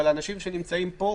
אבל האנשים שנמצאים פה,